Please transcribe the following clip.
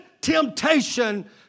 temptation